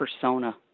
persona